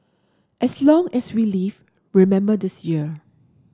as long as we live remember this year